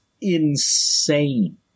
insane